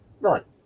Right